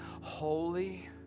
holy